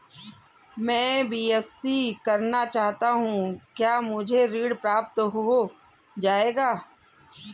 मैं बीएससी करना चाहता हूँ क्या मुझे ऋण प्राप्त हो जाएगा?